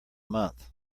month